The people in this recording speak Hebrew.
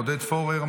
עודד פורר,